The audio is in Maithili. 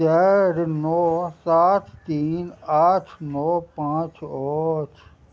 चारि नओ सात तीन आठ नओ पाँच अछि